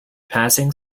passing